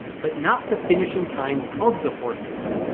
but not the finishing times of the horses